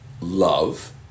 love